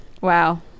Wow